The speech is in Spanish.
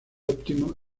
óptimo